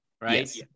right